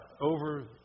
over